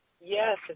Yes